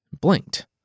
Blinked